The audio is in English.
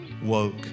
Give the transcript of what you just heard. woke